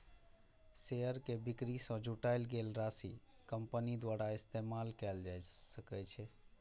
share के बिक्री सं जुटायल गेल राशि कंपनी द्वारा इस्तेमाल कैल जा सकै छै